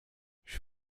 she